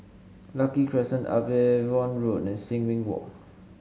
Lucky Crescent Upavon Road and Sin Ming Walk